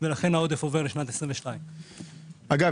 ולכן העודף עובר לשנת 22'. אגב,